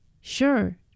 Sure